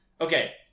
okay